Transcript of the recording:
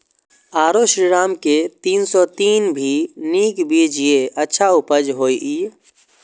आरो श्रीराम के तीन सौ तीन भी नीक बीज ये अच्छा उपज होय इय?